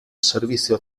servizio